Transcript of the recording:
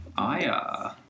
Aya